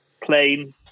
plain